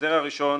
ההסדר הראשון